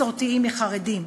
של מסורתיים משל חרדים,